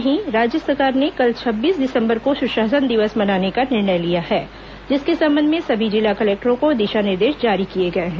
वहीं राज्य सरकार ने कल छब्बीस दिसंबर को सुशासन दिवस मनाने का निर्णय लिया है जिसके संबंध में सभी जिला कलेक्टरों को दिशा निर्देश जारी किए गए हैं